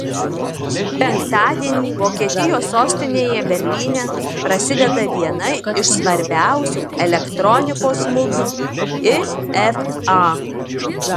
penktadienį vokietijos sostinėje berlyne prasideda viena iš svarbiausių elektronikos mugių ifa